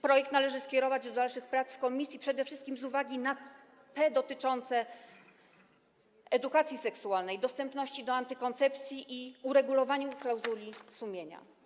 Projekt należy skierować do dalszych prac w komisji przede wszystkim z uwagi na kwestie dotyczące edukacji seksualnej, dostępu do antykoncepcji i uregulowania zagadnienia klauzuli sumienia.